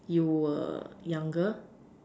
you were younger